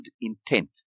intent